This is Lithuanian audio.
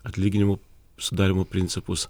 atlyginimų sudarymo principus